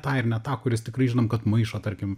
tą ir ne tą kuris tikrai žinom kad maišo tarkim